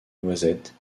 noisette